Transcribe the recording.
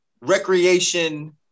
recreation